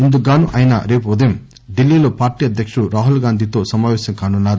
ఇందుకుగానూ ఆయన రేపు ఉదయం ఢిల్లీలో పార్టీ అధ్యక్షుడు రాహుల్ గాంధీతో సమావేశం కానున్నారు